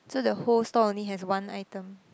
so the whole store only has one item